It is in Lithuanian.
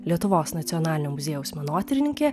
lietuvos nacionalinio muziejaus menotyrininkė